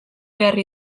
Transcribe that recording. behar